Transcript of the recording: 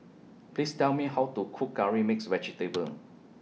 Please Tell Me How to Cook Curry Mixed Vegetable